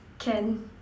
can